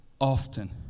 often